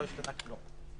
לא השתנה כלום.